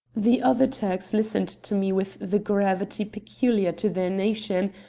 the other turks listened to me with the gravity peculiar to their nation,